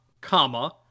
comma